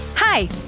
Hi